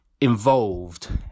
involved